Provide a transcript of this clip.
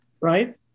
right